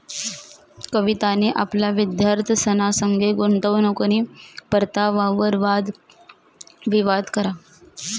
कवितानी आपला विद्यार्थ्यंसना संगे गुंतवणूकनी परतावावर वाद विवाद करा